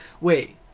Wait